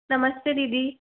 नमस्ते दीदी